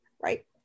right